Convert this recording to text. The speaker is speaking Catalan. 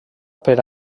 per